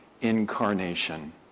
incarnation